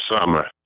summer